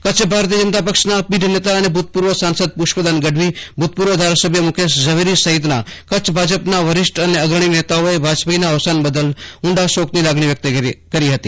કાચ ભારતીય જનતાપક્ષના પીઢ નેતા અને ભૂતપૂર્વ સંસદ પુષ્પદાન ગઢવી ભૂતપૂર્વ ધારાસભ્ય મુકેશ ઝવેરી સહિતના કચ્છ ભાજપના વરિષ્ઠ અને અગ્રણી નેતાઓએ વાજપેયીના અવસાન બદલ ઊંડા શોક ની લાગણી વ્યક્ત કરી હતી